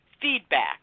feedback